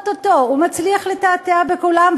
או-טו-טו הוא מצליח לתעתע בכולם,